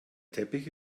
teppich